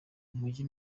umujyi